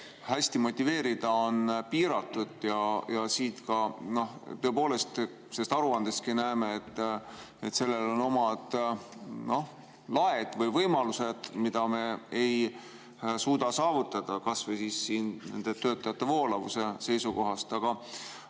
hästi motiveerida on piiratud. Tõepoolest, sellest aruandestki näeme, et sellel on oma laed või võimalused, mida me ei suuda saavutada kas või nende töötajate voolavuse seisukohast. Aga